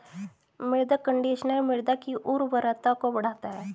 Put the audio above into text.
मृदा कंडीशनर मृदा की उर्वरता को बढ़ाता है